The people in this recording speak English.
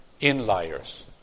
inliers